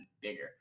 bigger